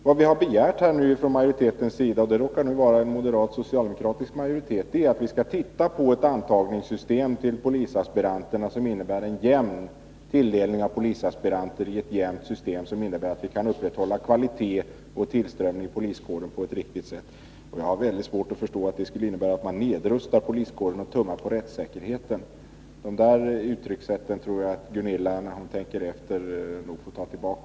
Vad vi nu har begärt från majoritetens sida — och det råkar vara en moderat-socialdemokratisk majoritet — är att vi skall se på ett antagningssystem för polisaspiranterna som innebär en jämn tilldelning av polisaspiranter, så att vi kan upprätthålla kvalitet och tillströmning i poliskåren på ett riktigt sätt. Jag har mycket svårt att förstå att det skulle innebära att man nedrustar poliskåren och tummar på rättssäkerheten. Dessa uttryckssätt tror jag att Gunilla André, när hon tänker efter, nog får ta tillbaka.